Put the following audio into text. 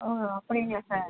ஓ அப்படிங்களா சார்